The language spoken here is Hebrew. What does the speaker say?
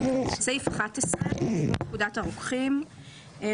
בסעיף 55א12ה,